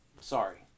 Sorry